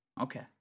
Okay